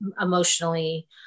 emotionally